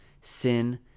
sin